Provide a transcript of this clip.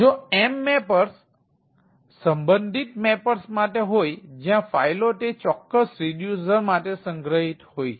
જો M mappers સંબંધિત mappers માટે હોય જ્યાં ફાઇલો તે ચોક્કસ રિડ્યુસર માટે સંગ્રહિત હોય